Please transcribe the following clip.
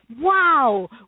wow